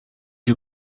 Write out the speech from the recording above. you